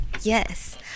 Yes